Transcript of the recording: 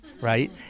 right